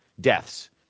deaths